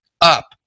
up